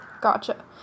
Gotcha